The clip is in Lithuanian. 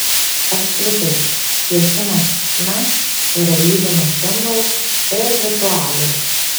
apskritai piešimas chna yra lydimas simbolių ir ritualų